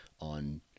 on